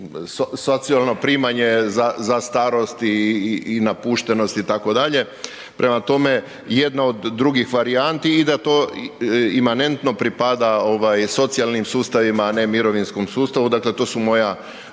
socijalno primanje za starost i napuštenost itd., prema tome jedna od drugih varijanti i da to imanentno pripada socijalnim sustavima a ne mirovinskom sustavu, dakle to su moja